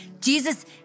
Jesus